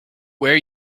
where